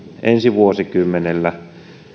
ensi vuosikymmenellä